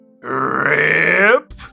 RIP